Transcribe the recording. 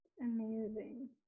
Amazing